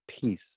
peace